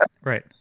Right